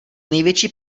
největší